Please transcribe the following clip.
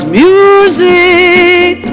music